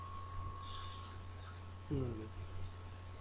mm